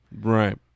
Right